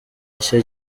nshya